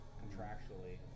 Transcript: contractually